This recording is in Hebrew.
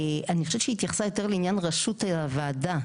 אני חושבת שהיא התייחסה יותר לעניין ראשות הוועדה.